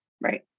Right